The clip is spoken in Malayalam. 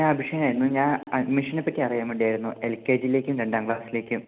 ഞാൻ അഭിഷേക് ആയിരുന്നു ഞാൻ അഡ്മിഷനെ പറ്റി അറിയാൻ വേണ്ടി ആയിരുന്നു എൽ കെ ജിയിലേക്കും രണ്ടാം ക്ലാസ്സിലേക്കും